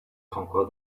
conquer